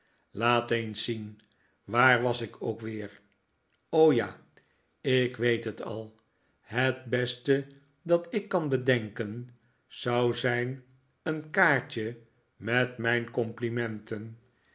laat eens zien waar was ik ook weer o ja ik weet het al het beste dat ik kan bedenken zou zijn een kaartje met mijn complimenten